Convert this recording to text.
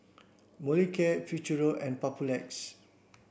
Molicare Futuro and Papulex